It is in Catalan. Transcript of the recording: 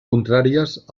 contràries